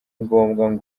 ngombwa